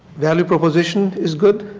value proposition is good,